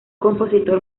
compositor